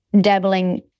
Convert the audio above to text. dabbling